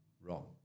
wrong